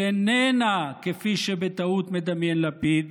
היא איננה, כפי שבטעות מדמיין לפיד,